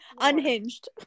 unhinged